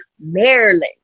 Maryland